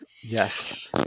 Yes